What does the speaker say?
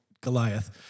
Goliath